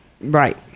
Right